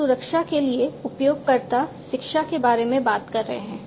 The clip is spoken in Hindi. हम सुरक्षा के लिए उपयोगकर्ता शिक्षा के बारे में बात कर रहे हैं